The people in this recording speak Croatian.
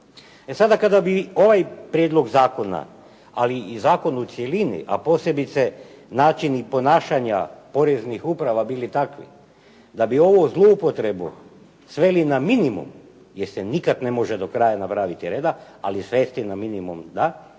E sada kada bi ovaj prijedlog zakona, ali i zakon u cjelini, a posebice načini ponašanja poreznih uprava, bili takvi da bi ovu zloupotrebu sveli na minimum, jer se nikad ne može do kraja napraviti reda, ali svesti na minimum da,